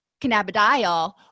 cannabidiol